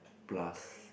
plus